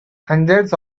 hundreds